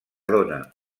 dóna